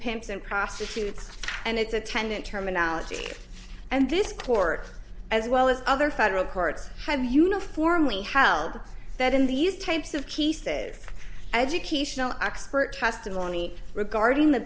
pimps and prostitutes and its attendant terminology and this court as well as other federal courts have uniformly held that in these types of key said educational expert testimony regarding the